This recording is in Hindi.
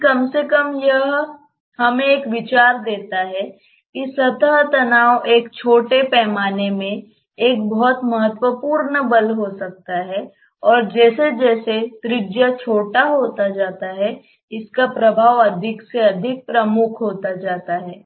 लेकिन कम से कम यह हमें एक विचार देता है कि सतह तनाव एक छोटे पैमाने में एक बहुत महत्वपूर्ण बल हो सकता है और जैसे जैसे त्रिज्या छोटा होता जाता है इसका प्रभाव अधिक से अधिक प्रमुख होता जाता है